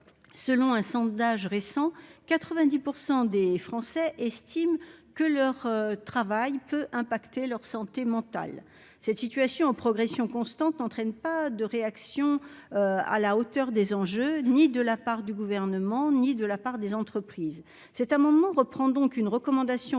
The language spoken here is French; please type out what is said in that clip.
selon un sondage récent 90 pour 100 des Français estiment que leur travail peut impacter leur santé mentale cette situation en progression constante, n'entraîne pas de réaction à la hauteur des enjeux ni de la part du gouvernement, ni de la part des entreprises cet amendement reprend donc une recommandation du